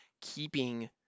keeping